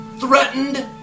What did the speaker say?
Threatened